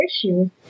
issues